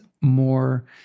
more